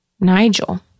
Nigel